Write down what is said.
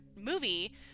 movie